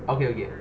okay okay